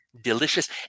delicious